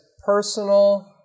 Personal